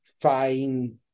fine